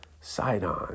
Sidon